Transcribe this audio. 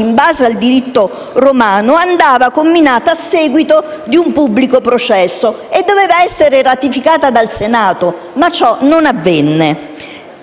in base al diritto romano, andava inflitta a seguito di un pubblico processo e doveva essere ratificata dal Senato, ma ciò non avvenne.